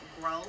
grow